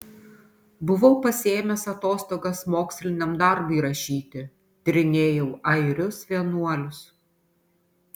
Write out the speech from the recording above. buvau pasiėmęs atostogas moksliniam darbui rašyti tyrinėjau airius vienuolius